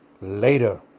Later